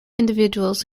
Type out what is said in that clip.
individuals